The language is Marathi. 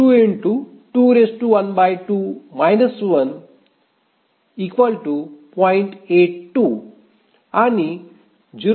82 आणि 0